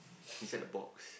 beside the box